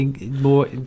more